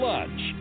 Lunch